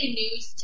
news